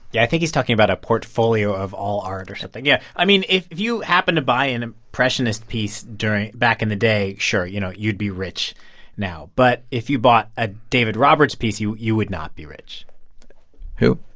yeah, i think he's talking about a portfolio of all art or something. yeah. i mean, if you happen to buy an impressionist piece during back in the day, sure, you know, you'd be rich now. but if you bought a david roberts piece, you you would not be rich who?